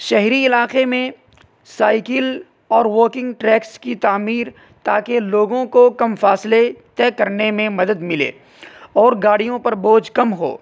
شہری علاقے میں سائیکل اور واکنگ ٹریکس کی تعمیر تاکہ لوگوں کو کم فاصلے طے کرنے میں مدد ملے اور گاڑیوں پر بوجھ کم ہو